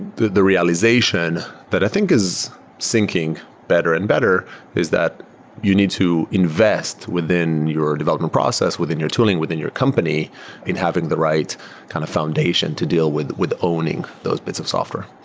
the the realization that i think is sinking better and better is that you need to invest within your development process, within your tooling, within your company in having the right kind of foundation to deal with with owning those bits of software.